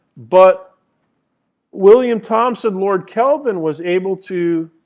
but william thompson, lord kelvin, was able to